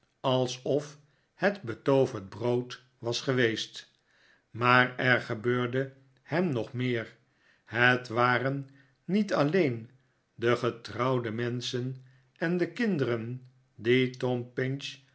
alsof het betooverd brood was geweest maar er gebeurde hem nog meer het waren niet alleen de getrouwde menschen en de kinderen die tom pinch